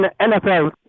NFL